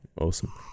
awesome